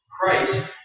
Christ